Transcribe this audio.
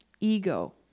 Ego